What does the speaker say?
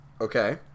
Okay